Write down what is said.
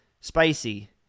spicy